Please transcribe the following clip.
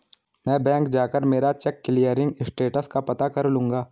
मैं बैंक जाकर मेरा चेक क्लियरिंग स्टेटस का पता कर लूँगा